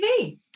TV